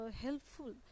helpful